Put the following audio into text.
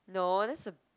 no that's a